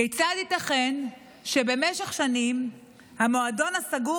כיצד ייתכן שבמשך שנים המועדון הסגור